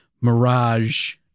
Mirage